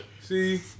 See